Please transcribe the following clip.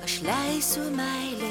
aš leisiu meilei